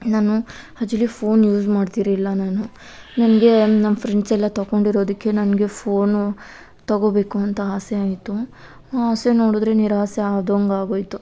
ನಾನು actually phone use ಮಾಡ್ತಿರ್ಲಿಲ್ಲ ನಾನು ನನಗೆ ನನ್ನ ಫ್ರೆಂಡ್ಸ್ ಎಲ್ಲ ತೊಕೊಂಡಿರೋದಕ್ಕೆ ನನಗೆ ಫೋನು ತೊಗೋಬೇಕು ಅಂತ ಆಸೆ ಆಯಿತು ಆ ಆಸೆ ನೋಡಿದ್ರೆ ನಿರಾಸೆ ಆದಂಗಾಗೋಯ್ತು